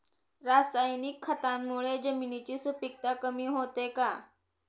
रासायनिक खतांमुळे जमिनीची सुपिकता कमी होते का?